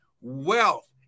wealth